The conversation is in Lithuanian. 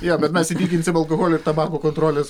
jo bet mes įtikinsim alkoholio ir tabako kontrolės